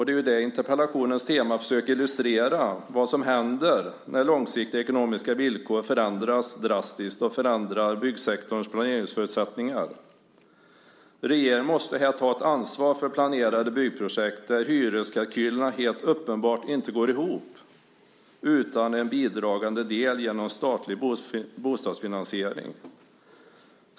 Det är det interpellationens tema försöker illustrera. Vad händer när långsiktiga ekonomiska villkor förändras drastiskt och när man förändrar byggsektorns planeringsförutsättningar? Regeringen måste ta ett ansvar för planerade byggprojekt där hyreskalkylerna helt uppenbarligen inte går ihop utan en bidragande del genom statlig bostadsfinansiering.